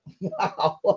Wow